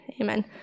Amen